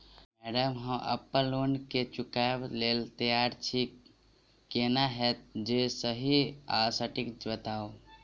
Madam हम अप्पन loan केँ चुकाबऽ लैल तैयार छी केना हएत जे सही आ सटिक बताइब?